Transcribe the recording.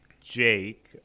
Jake